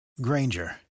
Granger